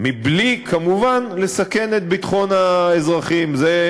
אז אתם עוד באים וצועקים